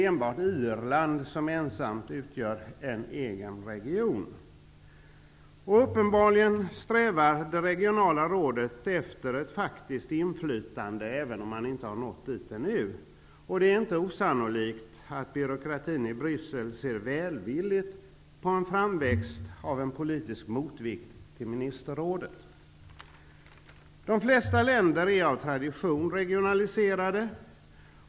Endast Irland utgör ensamt en region. Det regionala rådet strävar uppenbarligen efter ett faktiskt inflytande, även om man inte har nått dit ännu. Det är inte osannolikt att byråkraterna i Bryssel ser välvilligt på en framväxt av en politisk motvikt till Ministerrådet. De flesta länder är av tradition regionaliserade.